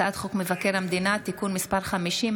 הצעת חוק מבקר המדינה (תיקון מס' 50),